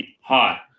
Hi